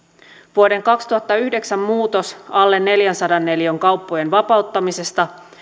vuoden kaksituhattayhdeksän muutos alle neljänsadan neliön kauppojen vapauttamisesta